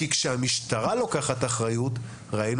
ראינו את ההבדל שכשהמשטרה לוקחת אחריות.